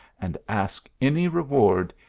and ask any reward,